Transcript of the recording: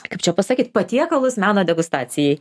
kaip čia pasakyt patiekalus meno degustacijai